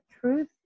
truth